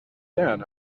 then